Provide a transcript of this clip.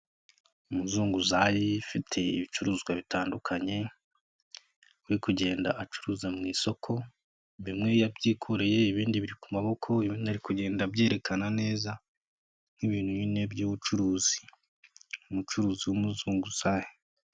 Umuzunguzayi ufite ibicuruzwa bitandukanye uri kugenda acuruza mu isoko, bimwe yabyikoreye ibindi biri ku maboko, ibindi ari kugenda abyerekana neza, nk'ibintu nyine by'ubucuruzi, umucuruzi w'umuzunguzayi.